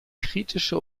kritische